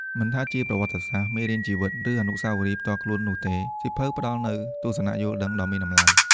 មិនថាជាប្រវត្តិសាស្ត្រ មេរៀនជីវិត ឬអនុស្សាវរីយ៍ផ្ទាល់ខ្លួននោះទេ សៀវភៅផ្ដល់នូវទស្សនៈយល់ដឹងដ៏មានតម្លៃ។